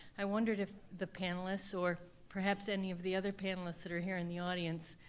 i wondered if the panelists, or perhaps any of the other panelists that are here in the audience,